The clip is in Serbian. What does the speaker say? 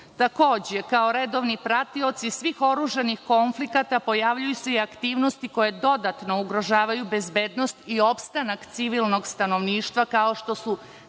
sobom. Takođe, kao redovni pratioci svih oružanih konflikata pojavljuju se i aktivnosti koje dodatno ugrožavaju bezbednost i opstanak civilnog stanovništva kao što su